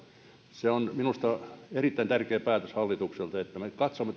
se on minusta erittäin tärkeä päätös hallitukselta että me katsomme